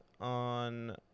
on